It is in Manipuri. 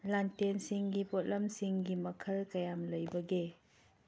ꯂꯥꯇꯦꯟꯁꯤꯡꯒꯤ ꯄꯣꯠꯂꯝꯁꯤꯡꯒꯤ ꯃꯈꯜ ꯀꯌꯥꯝ ꯂꯩꯕꯒꯦ